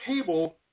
table